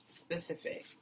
specific